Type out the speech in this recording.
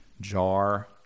jar